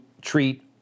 treat